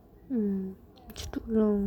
mm it's too long